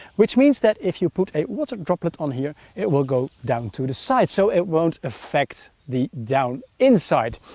which means that if you put a water droplet on here it will go down to the side so it won't affect the down inside.